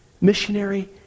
missionary